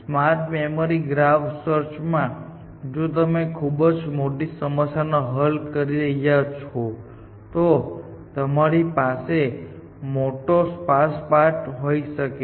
smart memory graph સર્ચમાં જો તમે ખૂબ મોટી સમસ્યા હલ કરી રહ્યા છો તો તમારી પાસે મોટો સ્પાર્સ પાથ હોઈ શકે છે